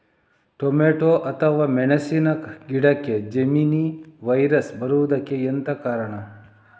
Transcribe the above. Tomato ಅಥವಾ ಮೆಣಸಿನ ಗಿಡಕ್ಕೆ ಜೆಮಿನಿ ವೈರಸ್ ಬರುವುದಕ್ಕೆ ಎಂತ ಕಾರಣ?